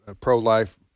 pro-life